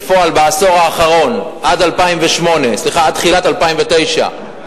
ובפועל, בעשור האחרון, עד תחילת 2009,